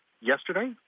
yesterday